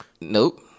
Nope